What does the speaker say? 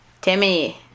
Timmy